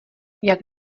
jak